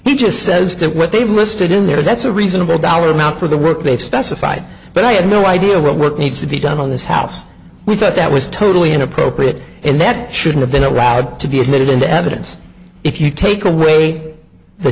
he just says that what they've listed in there that's a reasonable dollar amount for the work they specified but i have no idea what work needs to be done on this house we thought that was totally inappropriate and that should have been allowed to be admitted into evidence if you take away the